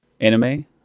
Anime